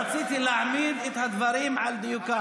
רציתי להעמיד את הדברים על דיוקם.